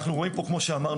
אנחנו רואים פה כמו שאמרנו,